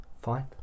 Fine